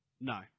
No